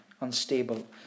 Unstable